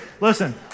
Listen